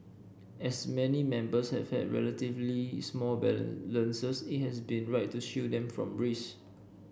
as many members have had relatively small balances it has been right to shield them from risk